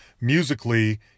musically